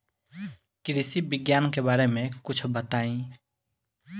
कृषि विज्ञान के बारे में कुछ बताई